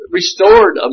restored